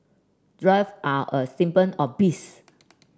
drive are a symbol of peace